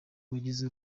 wagize